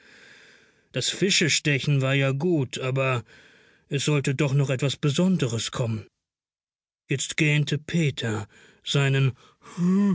das fischestechen war ja gut aber es sollte doch noch etwas besonderes kommen jetzt gähnte peter seinen